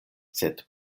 sed